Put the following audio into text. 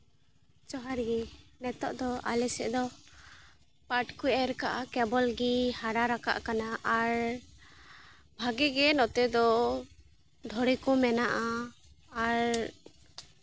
ᱡᱚᱦᱟᱨ ᱜᱮ ᱱᱤᱛᱚᱜ ᱫᱚ ᱟᱞᱮ ᱥᱮᱫ ᱫᱚ ᱯᱟᱴᱷ ᱠᱚ ᱮᱨᱻ ᱠᱟᱜᱼᱠᱮᱵᱚᱞ ᱜᱮ ᱦᱟᱨᱟ ᱨᱟᱠᱟᱵ ᱠᱟᱱᱟ ᱟᱨ ᱵᱷᱟᱜᱮ ᱜᱮ ᱱᱚᱛᱮ ᱫᱚ ᱫᱷᱚᱨᱮ ᱠᱚ ᱢᱮᱱᱟᱜᱼᱟ ᱟᱨ